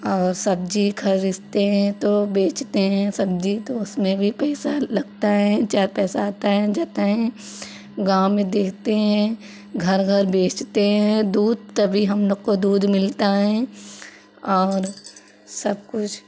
और सब्जी खरीदते हैं तो बेचते हैं सब्जी तो उसमें भी पैसा लगता है चार पैसा आता है जाता है गाँव में देखते हैं घर घर बेचते हैं दूध तभी हम लोग को दूध मिलता हैं और सब कुछ